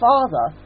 Father